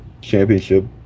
championship